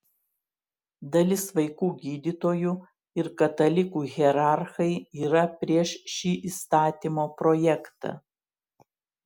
dalis vaikų gydytojų ir katalikų hierarchai yra prieš šį įstatymo projektą